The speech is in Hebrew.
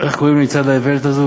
איך קוראים למצעד האיוולת הזה?